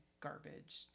garbage